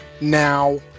Now